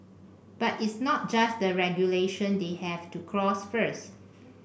but it's not just the regulation they have to cross first